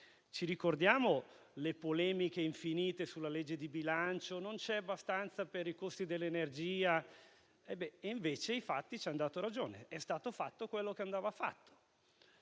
Ricordiamo le polemiche infinite sulla legge di bilancio: non c'è abbastanza per i costi dell'energia, e invece i fatti ci hanno dato ragione ed è stato fatto quello che andava fatto,